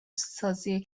سازی